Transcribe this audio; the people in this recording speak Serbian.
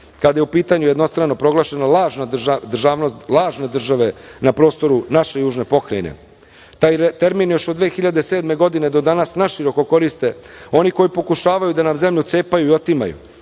kada je u pitanju jednostrano proglašena lažna državnost lažne države na prostoru naše južne pokrajine. Taj termin još od 2007. godine do danas naširoko koriste oni koji pokušavaju da nam zemlju cepaju i otimaju